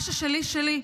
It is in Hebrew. מה ששלי, שלי,